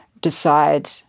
decide